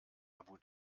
abu